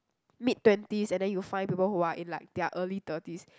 mid twenties and then you find people who are in like their early thirties